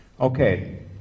Okay